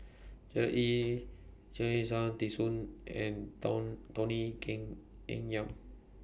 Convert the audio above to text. L Ee D Soon and Tony Keng in Yam